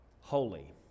Holy